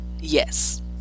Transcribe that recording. Yes